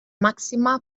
máxima